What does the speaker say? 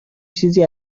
چیزی